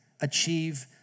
achieve